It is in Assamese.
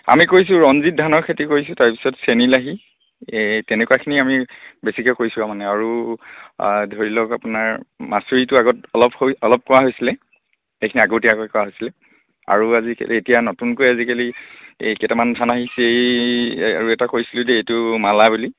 আমি কৰিছো ৰঞ্জিত ধানৰ খেতি কৰিছোঁ তাৰপিছত চেনিলাহী এই তেনেকুৱাখিনি আমি বেছিকৈ কৰিছো মানে আৰু ধৰি লওক আপোনাৰ মাচৰিটো আগত অলপ হৈ অলপ কৰা হৈছিলে এইখিনি আগতীয়াকৈ কৰা হৈছিলে আৰু আজিকালি এতিয়া নতুনকৈ আজিকালি এই কেইটামান ধান আহিছে এই আৰু এটা কৰিছিলো যে এইটো মালা বুলি